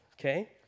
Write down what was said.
okay